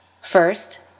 First